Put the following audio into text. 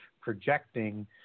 projecting